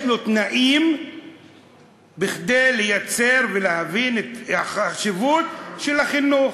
יש לו תנאים כדי לייצר ולהבין את החשיבות של החינוך,